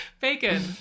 bacon